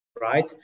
right